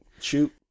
Shoot